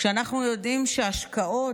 כשאנחנו יודעים שהשקעות,